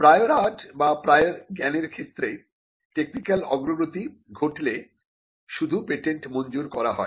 prior art বা prior জ্ঞানের ক্ষেত্রে টেকনিক্যাল অগ্রগতি ঘটলে শুধু পেটেন্ট মঞ্জুর করা হয়